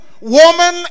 woman